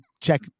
check